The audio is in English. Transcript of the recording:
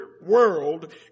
world